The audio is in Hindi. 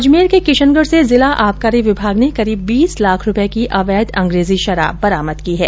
अजमेर के किशनगढ़ से जिला आबकारी विभाग ने करीब बीस लाख रुपये की अवैध अंग्रेजी शराब बरामद की हैं